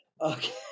Okay